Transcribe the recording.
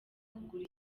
kugura